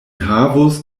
havus